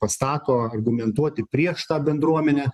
pasako argumentuoti prieš tą bendruomenę